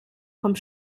kommt